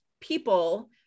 people